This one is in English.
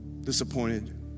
disappointed